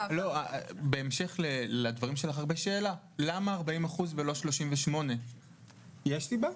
בהמשך לדברים שלך - למה 40% ולא 38% יש סיבה?